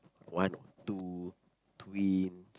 one two twin